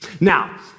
Now